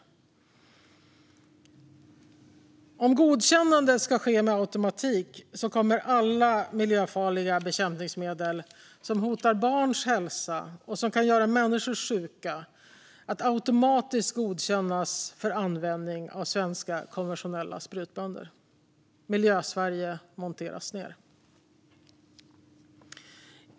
Om godkännandet ska ske med automatik kommer alla miljöfarliga bekämpningsmedel som hotar barns hälsa och som kan göra människor sjuka att automatiskt godkännas för användning av svenska konventionella sprutbönder. Miljösverige monteras ned.